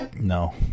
No